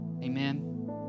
Amen